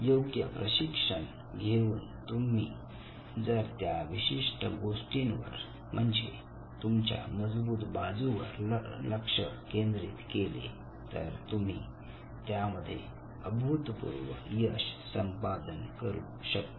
योग्य प्रशिक्षण घेऊन तुम्ही जर त्या विशिष्ट गोष्टीवर म्हणजे तुमच्या मजबूत बाजूवर जर लक्ष केंद्रित केले तर तुम्ही त्यामध्ये अभूतपूर्व यश संपादन करू शकता